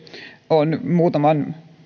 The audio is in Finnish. on muutaman vuoden